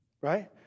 Right